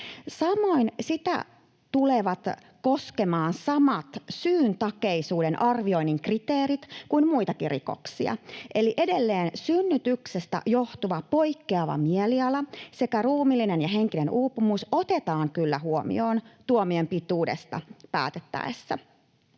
Samoin sitä tulevat koskemaan samat syyntakeisuuden arvioinnin kriteerit kuin muitakin rikoksia. Eli edelleen synnytyksestä johtuva poikkeava mieliala sekä ruumiillinen ja henkinen uupumus otetaan kyllä huomioon tuomion pituudesta päätettäessä.